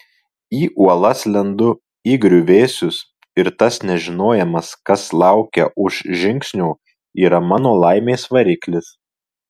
į uolas lendu į griuvėsius ir tas nežinojimas kas laukia už žingsnio yra mano laimės variklis